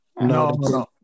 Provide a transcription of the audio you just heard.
No